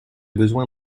besoin